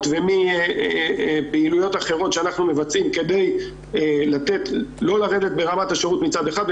או מפעילויות אחרות שאנחנו מבצעים כדי לא לרדת ברמת השירות מצד אחד,